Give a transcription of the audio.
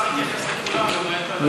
שהשר התייחס לכולם למעט לדברים שלי.